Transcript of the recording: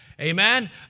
Amen